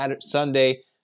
Sunday